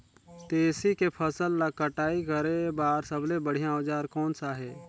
तेसी के फसल ला कटाई करे बार सबले बढ़िया औजार कोन सा हे?